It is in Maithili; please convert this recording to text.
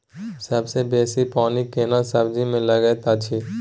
सबसे बेसी पानी केना सब्जी मे लागैत अछि?